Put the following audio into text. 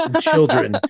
children